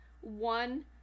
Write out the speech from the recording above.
one